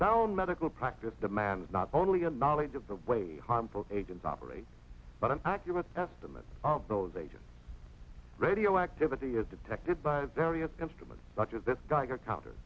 sound medical practice demands not only a knowledge of the way harmful agents operate but an accurate estimate of those agents radioactivity is detected by various instruments such as this guy counter